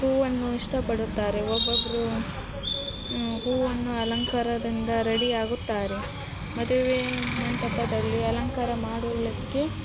ಹೂವನ್ನು ಇಷ್ಟಪಡುತ್ತಾರೆ ಒಬ್ಬೊಬ್ಬರು ಹೂವನ್ನು ಅಲಂಕಾರದಿಂದ ರೆಡಿ ಆಗುತ್ತಾರೆ ಮದುವೆ ಮಂಟಪದಲ್ಲಿ ಅಲಂಕಾರ ಮಾಡುವುದಕ್ಕೆ